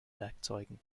werkzeugen